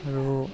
আৰু